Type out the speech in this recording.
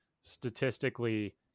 statistically